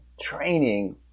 training